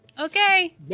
Okay